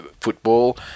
football